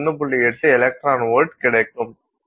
8 electron volt கிடைக்கும்